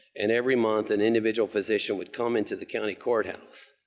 and every month, an individual physician would come into the county courthouse,